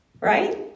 right